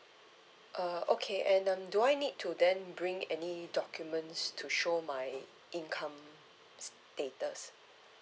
uh okay and um do I need to then bring any documents to show my income status